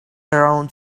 around